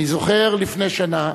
אני זוכר, לפני שנה,